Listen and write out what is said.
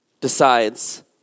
decides